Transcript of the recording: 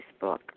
Facebook